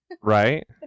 right